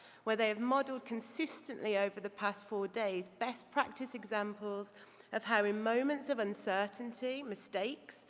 where they've modeled consistently over the past four days best practice examples of how in moments of uncertainty, mistakes,